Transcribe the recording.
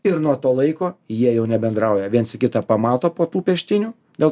ir nuo to laiko jie jau nebendrauja viens į kitą pamato po tų peštynių dėl